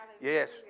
Yes